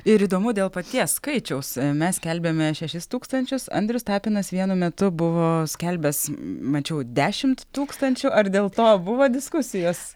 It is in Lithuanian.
ir įdomu dėl paties skaičiaus mes skelbiame šešis tūkstančius andrius tapinas vienu metu buvo skelbęs mačiau dešimt tūkstančių ar dėl to buvo diskusijos